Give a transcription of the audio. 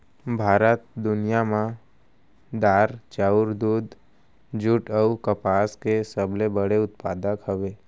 भारत दुनिया मा दार, चाउर, दूध, जुट अऊ कपास के सबसे बड़े उत्पादक हवे